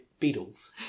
Beatles